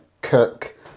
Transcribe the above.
cook